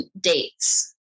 dates